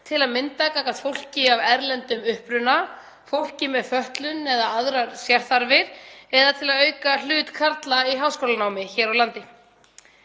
til að mynda gagnvart fólki af erlendum uppruna, fólki með fötlun eða aðrar sérþarfir eða til að auka hlut karla í háskólanámi hér á landi.